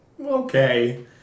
okay